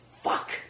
Fuck